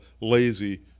lazy